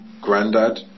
granddad